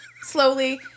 slowly